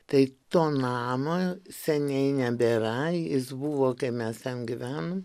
tai to namo seniai nebėra jis buvo kai mes ten gyvenom